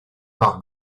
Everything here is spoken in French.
par